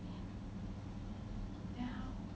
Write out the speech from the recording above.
ya